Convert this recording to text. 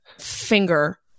finger